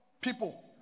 people